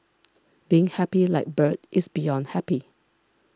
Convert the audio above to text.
being happy like bird is beyond happy